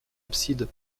abside